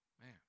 Man